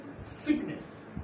sickness